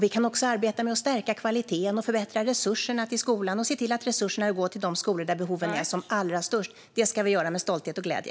Vi kan också arbeta med att stärka kvaliteten, förbättra resurserna till skolan och se till att resurserna går till de skolor där behoven är som allra störst. Det ska vi göra med stolthet och glädje.